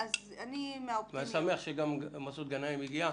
אני שמח שמסעוד גנאים הגיע.